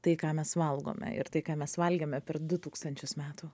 tai ką mes valgome ir tai ką mes valgėme per du tūkstančius metų